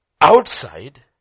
outside